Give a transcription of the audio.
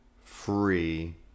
free